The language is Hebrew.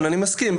מסכים.